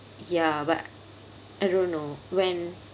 ya but I don't know when